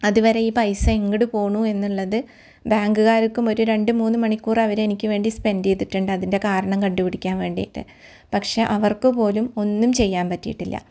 അത് വരെ ഈ പൈസ എങ്ങോട്ട് പോണൂ എന്നള്ളത് ബാങ്കുകാർക്കും ഒരു രണ്ട് മൂന്ന് മണിക്കൂർ അവർ എനിക്ക് വേണ്ടി സ്പെൻഡ് ചെയ്തിട്ടുണ്ട് അതിൻ്റെ കാരണം കണ്ട് പിടിക്കാൻ വേണ്ടിയിട്ട് പക്ഷെ അവർക്ക് പോലും ഒന്നും ചെയ്യാൻ പറ്റിയിട്ടില്ല